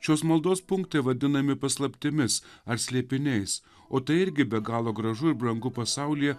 šios maldos punkte vadinami paslaptimis ar slėpiniais o tai irgi be galo gražu ir brangu pasaulyje